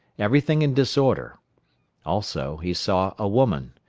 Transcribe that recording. everything in disorder also, he saw a woman.